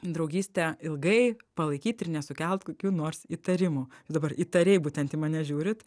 draugystę ilgai palaikyt ir nesukelt kokių nors įtarimų dabar įtariai būtent į mane žiūrit